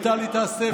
וטלי תעשה,